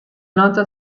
nota